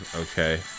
okay